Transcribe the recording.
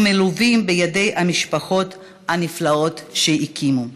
ומלווים במשפחות הנפלאות שהקימו.